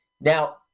now